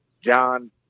John